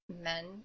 men